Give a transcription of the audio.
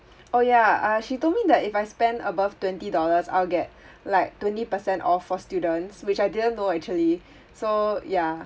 oh ya uh she told me that if I spend above twenty dollars I'll get like twenty percent off for students which I didn't know actually so yeah